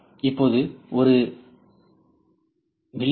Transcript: இப்போது ஒவ்வொரு மி